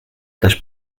też